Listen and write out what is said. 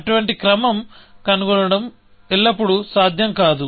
అటువంటి క్రమం కనుగొనడం ఎల్లప్పుడూ సాధ్యం కాదు